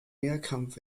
mehrkampf